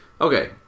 Okay